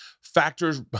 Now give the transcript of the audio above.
Factors